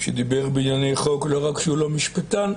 כשדיבר בענייני חוק: לא רק שהוא לא משפטן,